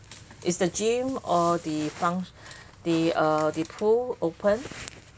is the gym or the funct~ the uh pool open